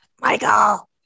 Michael